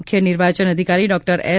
મુખ્ય નિર્વાચન અધિકારી ડોક્ટર એસ